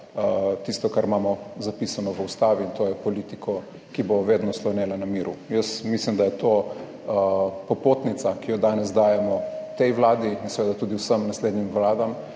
tisto, kar imamo zapisano v Ustavi in to je politiko, ki bo vedno slonela na miru. Jaz mislim, da je to popotnica, ki jo danes dajemo tej Vladi in seveda tudi vsem naslednjim vladam